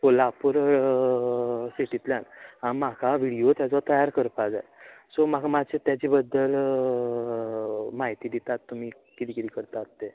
कोल्हापूर सिटींतल्यान म्हाका व्हिडीयो तेचो तयार करपाक जाय सो म्हाका मात्शें तेजे बद्दल म्हायती दितात तुमी कितें कितें करतात तें